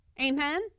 Amen